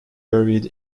buried